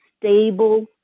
stable